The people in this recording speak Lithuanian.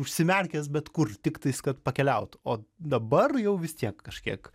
užsimerkęs bet kur tiktais kad pakeliaut o dabar jau vis tiek kažkiek